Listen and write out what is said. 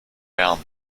bern